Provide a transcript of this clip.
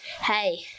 hey